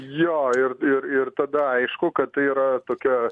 jo ir ir ir tada aišku kad tai yra tokia